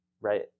right